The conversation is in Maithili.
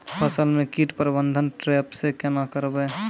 फसल म कीट प्रबंधन ट्रेप से केना करबै?